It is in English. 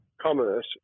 commerce